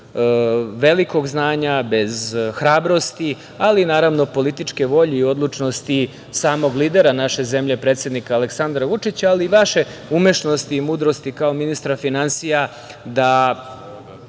velikog znanja, bez hrabrosti, ali naravno, političke volje i odlučnosti samog lidera naše zemlje, predsednika Aleksandra Vučića, ali i vaše umešnosti i mudrosti kao ministra finansija da